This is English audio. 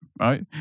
right